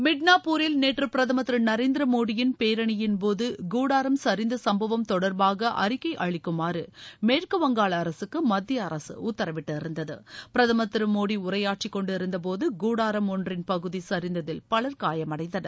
மிட்னப்பூரில் நேற்று பிரதமர் திரு நரேந்திர மோடியின் பேரணியின்போது கூடாரம் சிந்த சம்பவம் தொடா்பாக அறிக்கை அளிக்குமாறு மேற்குவங்களா அரசுக்கு மத்திய அரசு உத்தரவிட்டிருந்தது பிரதமர் திரு மோடி உரையாற்றிக்கொண்டிருக்கும்போது கூடாரம் ஒன்றின் பகுதி சுரிந்ததில் பலர் காயமடைந்தனர்